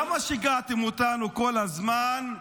למה שיגעתם אותנו כל הזמן,